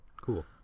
cool